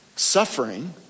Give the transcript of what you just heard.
Suffering